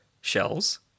shells